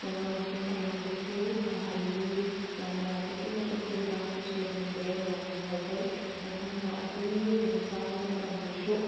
ꯃꯅꯥ ꯃꯁꯤꯡ ꯀꯌꯥꯕꯨꯁꯨ ꯐꯍꯜꯂꯤ ꯌꯥꯝꯅ ꯑꯗꯨꯛꯀꯤ ꯃꯇꯤꯛ ꯇꯤꯟ ꯀꯥꯡꯁꯨ ꯆꯦꯜꯍꯟꯗꯦ ꯌꯥꯝꯅ ꯐꯖꯩ ꯑꯗꯨꯒ ꯑꯩꯈꯣꯏ ꯃꯤꯑꯣꯏꯕꯅ ꯆꯥꯕ ꯃꯇꯝꯗꯁꯨ